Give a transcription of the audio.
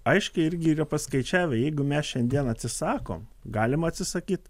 aiškiai irgi yra paskaičiavę jeigu mes šiandien atsisakom galima atsisakyt